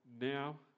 now